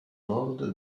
nord